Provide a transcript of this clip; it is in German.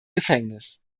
gefängnis